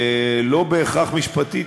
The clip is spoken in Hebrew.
לא בהכרח יחייב, משפטית,